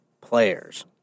players